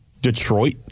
Detroit